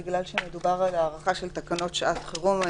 בגלל שמדובר על הארכה של תקנות שעת חירום,